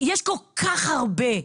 יש כל כך הרבה.